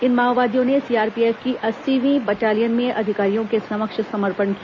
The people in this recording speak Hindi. इन माओवादियों ने सीआरपीएफ की अस्सीवीं बटालियन में अधिकारियों के समक्ष समर्पण किया